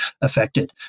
affected